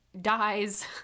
dies